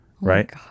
Right